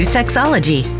Sexology